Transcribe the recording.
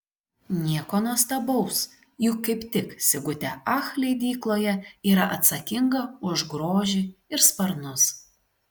nieko nuostabaus juk kaip tik sigutė ach leidykloje yra atsakinga už grožį ir sparnus